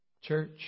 church